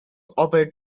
operate